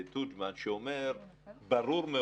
מה שהוא אומר ברור,